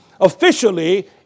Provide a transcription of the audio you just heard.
officially